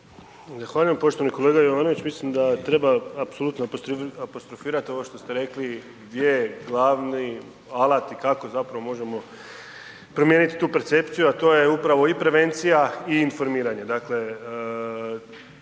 Zahvaljujem. Poštovani kolega Jovanović, mislim da treba apsolutno apostrofirati ovo što ste rekli gdje je glavni alat i kako zapravo možemo promijeniti tu percepciju a to je upravo i prevencija i informiranje.